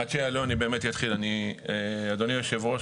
אדוני היושב-ראש,